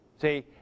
See